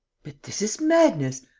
but this is madness!